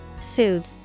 Soothe